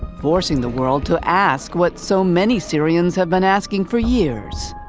forcing the world to ask what so many syrians have been asking for years.